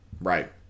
right